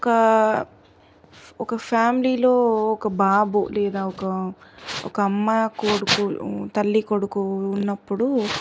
ఒక ఒక ఫ్యామిలీలో ఒక బాబు లేదా ఒక అమ్మ కొడుకు తల్లి కొడుకు ఉన్నపుడు